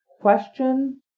question